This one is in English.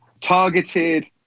targeted